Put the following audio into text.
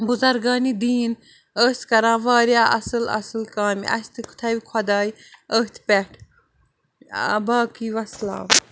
بُزرگانہِ دیٖن ٲسۍ کران واریاہ اَصٕل اَصٕل کامہِ اَسہِ تہِ تھَوِ خۄدایہِ أتھۍ پٮ۪ٹھ باقی وَسلام